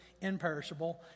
imperishable